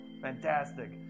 Fantastic